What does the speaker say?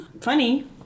Funny